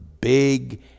big